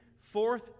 Fourth